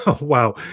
Wow